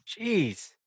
Jeez